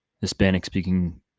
Hispanic-speaking